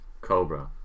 Cobra